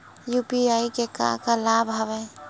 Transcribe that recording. UPI के का का लाभ हवय?